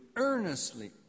earnestly